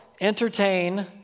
entertain